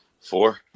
Four